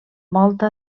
volta